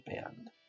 band